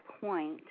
point